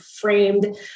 framed